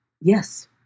Yes